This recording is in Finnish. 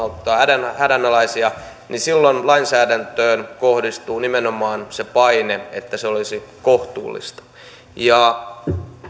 auttaa hädänalaisia niin silloin lainsäädäntöön kohdistuu nimenomaan se paine että se olisi kohtuullista ja